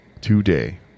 Today